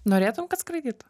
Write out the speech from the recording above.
norėtum kad skraidytų